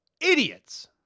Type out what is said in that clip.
idiots